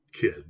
kid